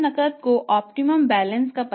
आप नकद केऑप्टिमम बैलेंस